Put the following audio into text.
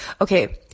Okay